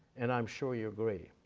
and i'm sure you agree.